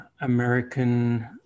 american